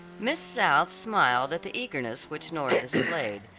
miss south smiled at the eagerness which nora displayed,